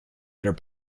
their